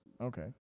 Okay